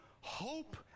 hope